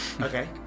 okay